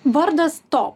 vardas to